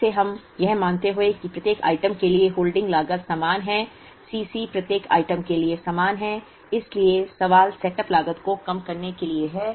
फिर से यह मानते हुए कि प्रत्येक आइटम के लिए होल्डिंग लागत समान है C c प्रत्येक आइटम के लिए समान है इसलिए सवाल सेटअप लागत को कम करने के लिए है